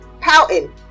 pouting